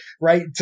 right